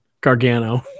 Gargano